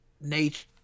nature